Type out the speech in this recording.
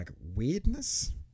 weirdness